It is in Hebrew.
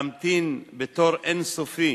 להמתין בתור אין-סופי